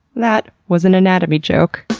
that was an anatomy joke